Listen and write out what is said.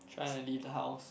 trying to leave the house